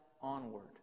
onward